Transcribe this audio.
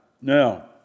Now